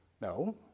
No